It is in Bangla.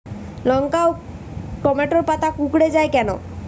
লঙ্কা ও টমেটোর পাতা কুঁকড়ে য়ায় কেন?